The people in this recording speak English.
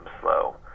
slow